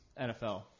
NFL